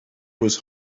was